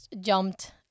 jumped